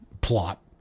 Plot